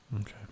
Okay